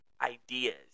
ideas